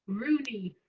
rooney.